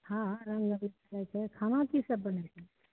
हँ रङ्ग अबीर खेलाइ छै खाना की सब बनै छै